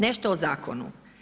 Nešto o zakonu.